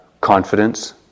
confidence